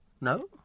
No